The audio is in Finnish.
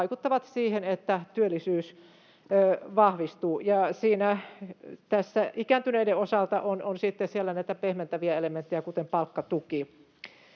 vaikuttavat siihen, että työllisyys vahvistuu. Ikääntyneiden osalta on siellä sitten näitä pehmentäviä elementtejä, kuten palkkatuki.